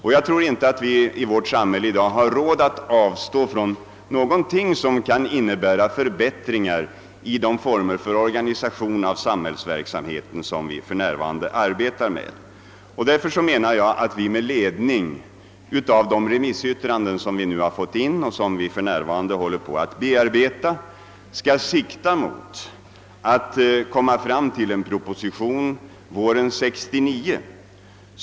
Jag för min del anser att vi i dagens samhälle inte har råd att avstå från något som kan innebära förbättringar av formerna för samhällsverksamheten. Därför menar jag att vi, med ledning av de remissyttranden vi fått in och för närvarande håller på att bearbeta, skall sikta till att kunna framlägga en proposition våren 1969.